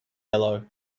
yellow